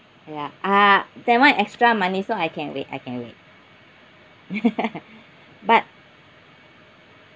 ya ah that one extra money so I can wait I can wait but